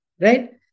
right